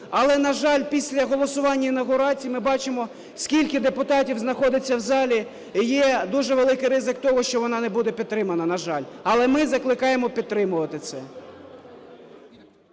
Але, на жаль, після голосування інавгурації ми бачимо, скільки депутатів знаходиться в залі, і є дуже великий ризик того, що вона не буде підтримана, на жаль. Але ми закликаємо підтримувати це.